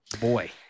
Boy